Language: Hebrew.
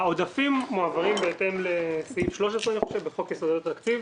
העודפים מועברים בהתאם לסעיף 13 בחוק יסודות התקציב,